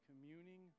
communing